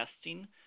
testing